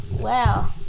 wow